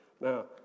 Now